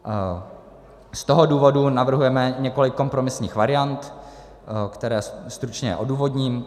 Z toho důvodu navrhujeme několik kompromisních variant, které stručně odůvodním.